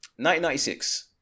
1996